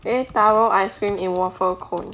eh taro ice cream in waffle cone